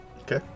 Okay